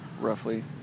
roughly